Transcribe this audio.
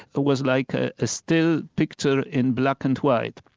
it was like a ah still picture in black and white.